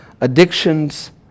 addictions